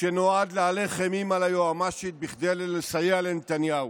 שנועד להלך אימים על היועמ"שית כדי לסייע לנתניהו.